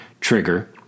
Trigger